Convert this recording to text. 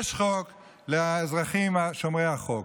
יש חוק לאזרחים שומרי החוק,